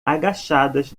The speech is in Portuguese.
agachadas